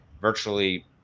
virtually